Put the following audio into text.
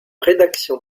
rédaction